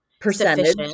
Percentage